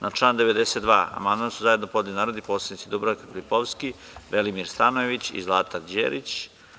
Na član 92. amandman su zajedno podneli narodni poslanici Dubravka Filipovski, Velimir Stanojević i Zlata Đerić.